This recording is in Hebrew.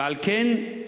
ועל כן,